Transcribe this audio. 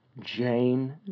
Jane